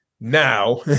now